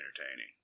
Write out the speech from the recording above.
entertaining